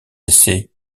essais